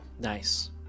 Nice